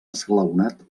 esglaonat